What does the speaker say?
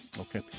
Okay